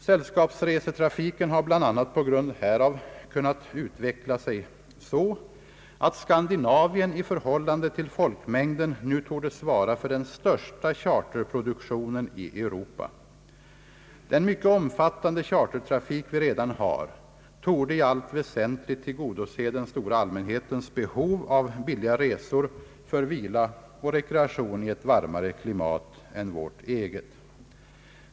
Sällskapsresetrafiken har bl.a. på grund härav kunnat utveckla sig så att Skandinavien i förhållande till folkmängden nu torde svara för den största charterproduktionen i Europa. Den mycket omfattande chartertrafik vi redan har torde i allt väsentligt tillgodose den stora allmänhetens behov av billiga resor för vila och rekreation i ett varmare klimat än vårt eget.